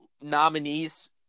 nominees